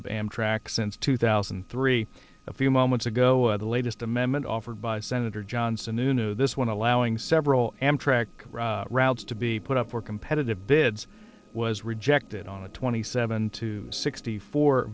of amtrak since two thousand and three a few moments ago the latest amendment offered by senator john sununu this one allowing several amtrak routes to be put up for competitive bids was rejected on a twenty seven to sixty four